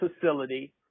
facility